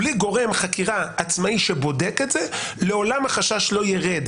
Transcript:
בלי גורם חקירה עצמאי שבודק את זה לעולם החשש לא יירד,